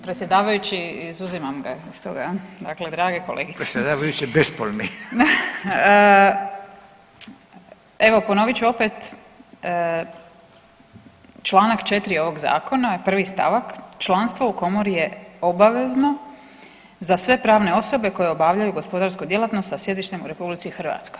Predsjedavajući izuzimam ga iz toga, dakle drage kolegice [[Upadica Radin: Predsjedavajući je bespolni.]] Evo ponovit ću opet članak 4. ovog zakona prvi stavak ovog zakona: „Članstvo u komori je obavezno za sve pravne osobe koje obavljaju gospodarsku djelatnost sa sjedištem u RH.